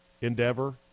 endeavor